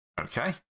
Okay